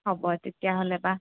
হ'ব তেতিয়াহ'লে বা